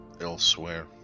elsewhere